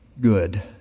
good